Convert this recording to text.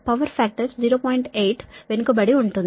8 వెనుకబడి ఉంటుంది